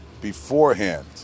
beforehand